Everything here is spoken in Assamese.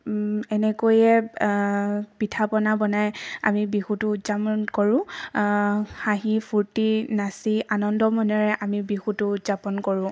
এনেকৈয়ে পিঠা পনা বনাই আমি বিহুটো উদযাপন কৰোঁ হাঁহি ফূৰ্তি নাচি আনন্দমনেৰে আমি বিহুটো উদযাপন কৰোঁ